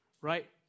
right